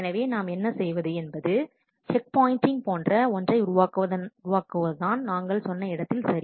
எனவே நாம் என்ன செய்வது என்பது செக் பாயின்ட்டிங் போன்ற ஒன்றை உருவாக்குவதுதான் நாங்கள் சொன்ன இடத்தில் சரி